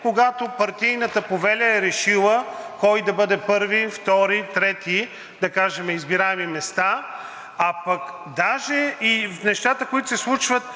когато партийната повеля е решила кой да бъде първи, втори, трети, да кажем – избираеми места. А пък даже и нещата, които се случват